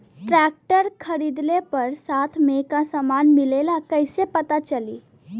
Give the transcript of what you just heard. Tractor खरीदले पर साथ में का समान मिलेला कईसे पता चली?